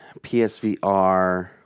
PSVR